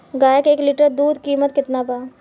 गाय के एक लीटर दूध कीमत केतना बा?